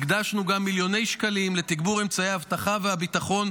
הקצינו מיליוני שקלים לתגבור אמצעי אבטחה וביטחון